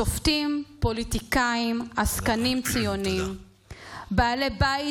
/ שופטים / פוליטיקאים / עסקנים ציוניים / בעלי בית